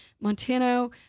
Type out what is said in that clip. Montano